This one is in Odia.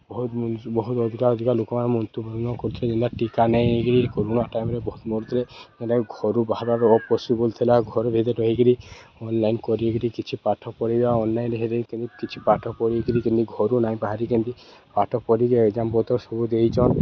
ବହୁତ୍ ବହୁତ୍ ଅଧିକା ଅଧିକା ଲୋକମାନେ ମୃତ୍ୟୁବରଣ କରୁଥିଲେ ଯେନ୍ତା ଟୀକା ନେଇକିରି କରୋନା ଟାଇମ୍ରେ ବହୁତ୍ ମରୁଥିଲେ ଯେନ୍ଟାକି ଘରୁ ବାହାରିବାର୍ ଇମ୍ପସିିବୁଲ୍ ଥିଲା ଘରୁ ଭିତ୍ରେ ରହିକିରି ଅନ୍ଲାଇନ୍ କରକିରି କିଛି ପାଠ ପଢ଼ିବା ଅନ୍ଲାଇନ୍ ହେ କିଛି ପାଠ ପଢ଼ିକରି କେନ୍ତି ଘରୁ ନାଇଁ ବାହାରି କେନ୍ତି ପାଠ ପଢ଼ିକି ଏକ୍ଜାମ୍ ପତର୍ ସବୁ ଦେଇଚନ୍